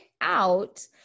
out